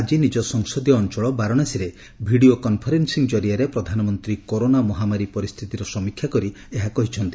ଆଜି ନିଜ ସଂସଦୀୟ ଅଞ୍ଚଳ ବାରାଣସୀରେ ଭିଡ଼ିଓ କନ୍ଫରେନ୍ସିଂ କରିଆରେ ପ୍ରଧାନମନ୍ତ୍ରୀ କରୋନା ମହାମାରୀ ପରିସ୍ଥିତିର ସମୀକ୍ଷା କରି ଏହା କହିଛନ୍ତି